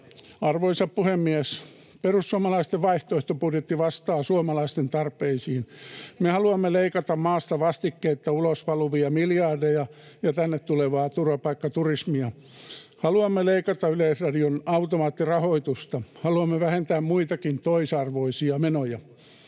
Arvoisa puhemies! Perussuomalaisten vaihtoehtobudjetti vastaa suomalaisten tarpeisiin. Me haluamme leikata maasta vastikkeetta ulos valuvia miljardeja ja tänne tulevaa turvapaikkaturismia. Haluamme leikata Yleisradion automaattirahoitusta. Haluamme vähentää muitakin toisarvoisia menoja.